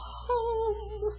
home